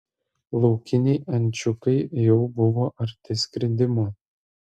laukiniai ančiukai jau buvo arti skridimo